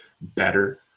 better